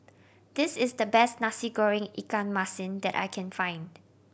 this is the best Nasi Goreng ikan masin that I can find